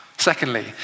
Secondly